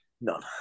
None